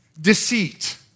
Deceit